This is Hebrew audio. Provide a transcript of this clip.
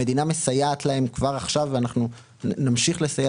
המדינה מסייעת להם כבר עכשיו ואנחנו נמשיך לסייע